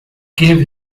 gave